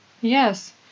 Yes